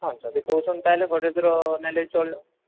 ହଁ ଯଦି କହୁଛନ୍ତି ତାହେଲେ ଗୋଡ଼୍ରେଜରେ ନେଲେ ବି ଚଳିବ